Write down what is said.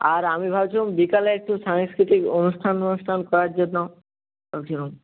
আর আমি ভাবছিলাম বিকালে একটু সাংস্কৃতিক অনুষ্ঠান টনুষ্ঠান করার জন্য ভাবছিলাম